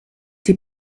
die